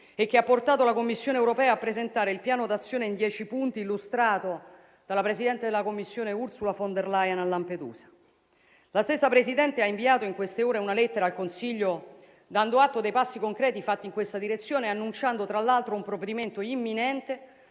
e che ha portato la Commissione europea a presentare il piano d'azione in dieci punti illustrato dalla presidente della Commissione Ursula von der Leyen a Lampedusa. La stessa presidente ha inviato in queste ore una lettera al Consiglio dando atto dei passi concreti fatti in questa direzione e annunciando tra l'altro un provvedimento imminente